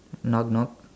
knock knock